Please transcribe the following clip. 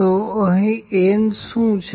તો અહીં n શું છે